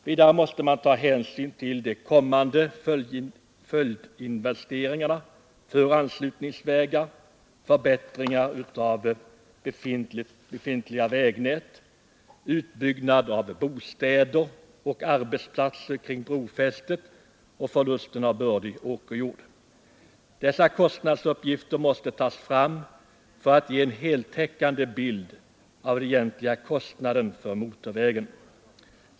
Vidare måste man ta hänsyn till följdinvesteringarna för anslutningsvägar, förbättringar av befintligt vägnät, utbyggnad av bostäder och arbetsplatser kring brofästet samt förlusten av bördig åkerjord. Dessa kostnadsuppgifter måste tas fram för att man skall få en heltäckande bild av den egentliga kostnaden för motorvägen.